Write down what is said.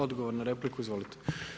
Odgovor na repliku, izvolite.